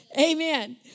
Amen